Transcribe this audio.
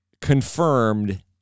confirmed